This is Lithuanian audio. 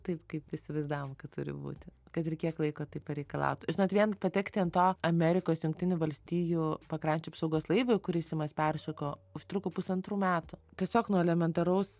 taip kaip įsivaizdavom kad turi būti kad ir kiek laiko tai pareikalautų žinot vien patekti ant to amerikos jungtinių valstijų pakrančių apsaugos laivo į kurį simas peršoko užtruko pusantrų metų tiesiog nuo elementaraus